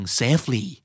safely